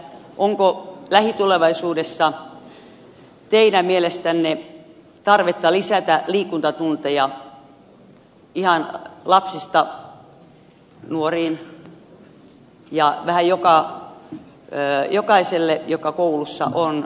onko lähitulevaisuudessa teidän mielestänne tarvetta lisätä liikuntatunteja ihan lapsista nuoriin ja vähän jokaiselle joka koulussa on